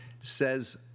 Says